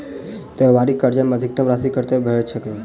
त्योहारी कर्जा मे अधिकतम राशि कत्ते भेट सकय छई?